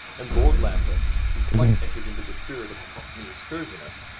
and lord lambeth, who quite entered into the spirit of the cockney excursionist,